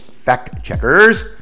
fact-checkers